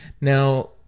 Now